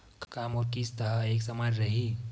का मोर किस्त ह एक समान रही?